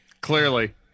Clearly